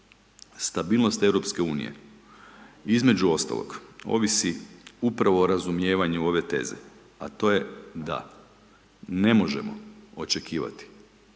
unije, između ostalog, ovisi upravo o razumijevanju ove teze, a to je da ne možemo očekivati